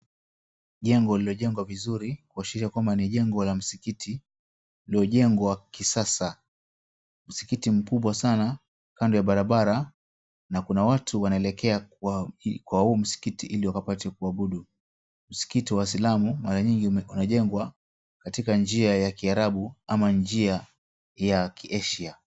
Jengo lililojengwa vizuri kuashiria ni jengo la msikiti lililojengwa kisasa, msikiti mkubwa sana kando ya barabara na kuna watu wanaelekea kwa huo msikiti ili wapate kuabudu. Msikiti wa Islamu mara nyingi huwa inajengwa kwa njia ya Kiarabu ama njia ya KiAsia.